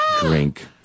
drink